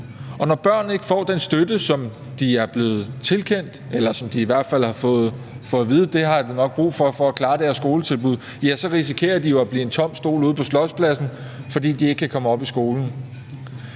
Når børn ikke får den støtte, som de i hvert fald har fået at vide at de nok har brug for for at kunne klare deres skoletilbud, så risikerer de jo at blive en tom stol ude på Slotspladsen, fordi de ikke kan komme i skole.